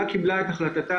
לבקשת היועץ,